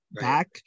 back